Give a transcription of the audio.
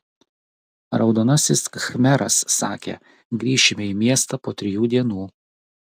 raudonasis khmeras sakė grįšime į miestą po trijų dienų